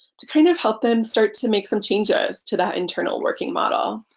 to kind of help them start to make some changes to that internal working model.